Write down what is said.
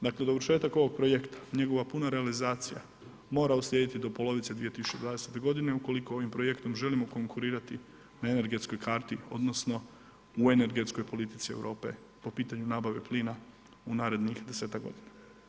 Dakle, dovršetak ovog projekta, njegova puna realizacija mora uslijediti do polovice 2020. godine ukoliko ovim projektom želimo konkurirati na energetskoj karti odnosno u energetskoj politici Europe po pitanju nabave plina u narednih 10-ak godina.